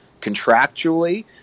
contractually